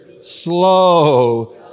Slow